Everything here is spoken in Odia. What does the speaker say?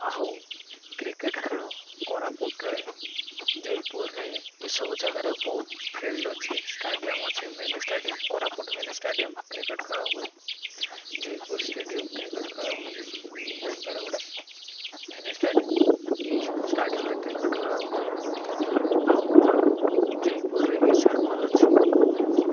ଆଉ କ୍ରିକେଟ୍ ଖେଳ କୋରାପୁଟରେ ଜୟପୁରରେ ଏସବୁ ଜାଗାରେ ବହୁତ ଫିଲ୍ଡ ଅଛି ଷ୍ଟାଡ଼ିୟମ୍ ଅଛି main stadium Koraput main stadium cricket ଖେଳ ହୁଏ ଜୟପୁର ଷ୍ଟାଡ଼ିୟମ୍ କ୍ରିକେଟ୍ ଖେଳ ହୁଏ ବୋଇପାରଗୁଡ଼ା ମିନି ଷ୍ଟାଡ଼ିୟମ୍ ଏଇସବୁ ଷ୍ଟାଡ଼ିୟମ୍ରେ କ୍ରିକେଟ୍ ଖେଳ ହୁଏ ଆଉ ମଲ୍ ଜୟପୁରରେ ଏସ୍ଆର୍ ମଲ୍ ଅଛି